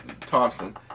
Thompson